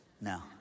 No